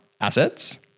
assets